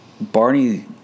Barney